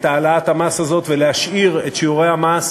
העלאת המס הזאת ולהשאיר את שיעורי המס